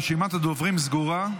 רשימת הדוברים סגורה.